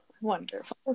wonderful